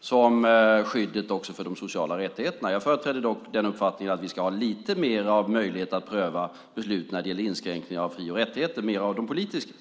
som skydd för de sociala rättigheterna. Jag företräder dock uppfattningen att vi ska ha lite större möjlighet att pröva beslut när det gäller inskränkningar av fri och rättigheter.